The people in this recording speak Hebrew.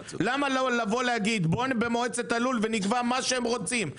למה לא לבוא להגיד בוא במועצת הלול ונקבע מה שהם רוצים?